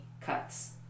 cuts